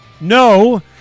No